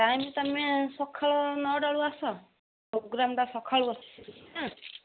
time ତୁମେ ସଖାଳ ନଅଟାବେଳକୁ ଆସ ପ୍ରୋଗ୍ରାମ୍ଟା ସଖାଳୁ ଅଛି ହୁଁ